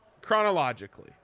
chronologically